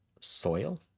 soil